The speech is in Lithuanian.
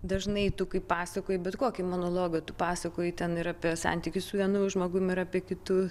dažnai tu kaip pasakoj bet kokį monologą tu pasakoji ten ir apie santykius su vienu žmogumi ir apie kitus